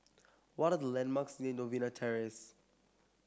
what are the landmarks near Novena Terrace